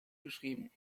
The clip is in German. geschrieben